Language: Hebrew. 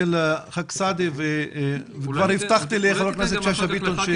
אתן לח"כ סעדי וכבר הבטחתי לחברת הכנסת שאשא ביטון,